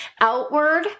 outward